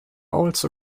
also